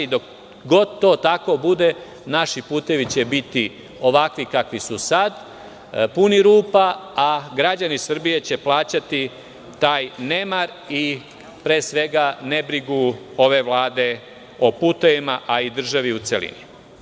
Dok god to tako bude naši putevi će biti ovakvi kakvi su sada, puni rupa, a građani Srbije će plaćati taj nemar i nebrigu ove vlade o putevima, a i državi u celini.